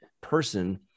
person